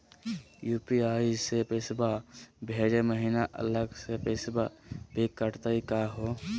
UPI स पैसवा भेजै महिना अलग स पैसवा भी कटतही का हो?